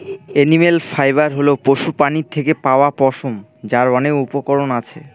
animal fibre হল পশুপ্রাণীর থেকে পাওয়া পশম, যার অনেক উপকরণ আছে